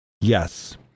Yes